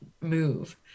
move